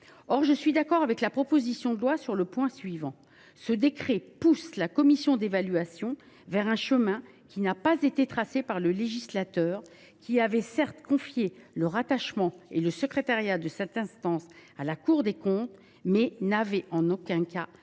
je suis d’accord avec la proposition de loi sur le point suivant : ce décret pousse la commission d’évaluation sur un chemin qui n’a pas été tracé par le législateur, lequel avait certes confié le rattachement et le secrétariat de cette instance à la Cour des comptes, mais n’avait en aucun cas prévu